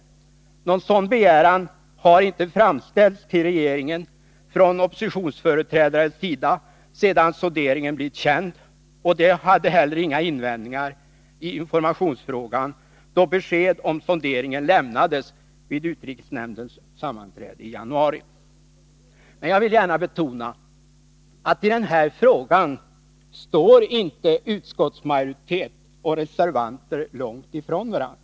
Någon sådan begäran har inte framställts till regeringen från oppositionsföreträdares sida sedan sonderingen blivit känd, och de hade heller inga invändningar i informationsfrågan då besked om sonderingen lämnades vid utrikesnämndens sammanträde i januari. Men jag vill gärna betona att i den här frågan står inte utskottsmajoritet och reservanter långt ifrån varandra.